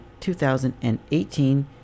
2018